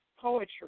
poetry